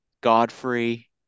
godfrey